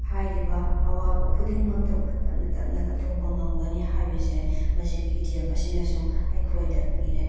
ꯍꯥꯏꯔꯤꯕ ꯑꯋꯥꯕ ꯈꯨꯗꯤꯡꯃꯛꯇꯣ ꯇꯞꯅ ꯇꯞꯅ ꯂꯧꯊꯣꯛꯄ ꯉꯝꯒꯅꯤ ꯍꯥꯏꯕꯁꯦ ꯃꯁꯤꯒꯤ ꯏꯗꯤꯌꯝ ꯑꯁꯤꯅꯁꯨ ꯑꯩꯈꯣꯏꯗ ꯄꯤꯔꯦ